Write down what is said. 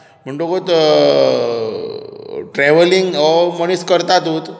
म्हुण्टोकूच travelling हो मनीस करतातूत